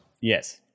Yes